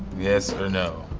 yes or no?